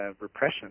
repression